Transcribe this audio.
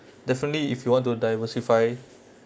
definitely if you want to diversify